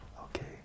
Okay